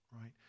right